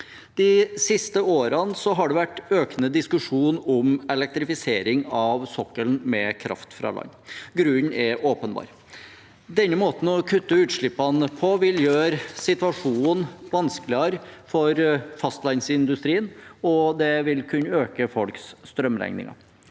De siste årene har det vært økende diskusjon om elektrifisering av sokkelen med kraft fra land. Grunnen er åpenbar. Denne måten å kutte utslippene på vil gjøre situasjonen vanskeligere for fastlandsindustrien, og det vil kunne øke folks strømregninger.